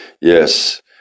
yes